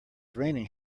raining